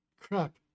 crap